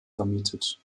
vermietet